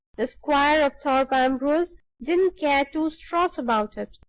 the squire of thorpe ambrose didn't care two straws about it.